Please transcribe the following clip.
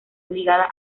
obligada